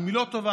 אם היא לא טובה,